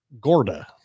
Gorda